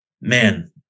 man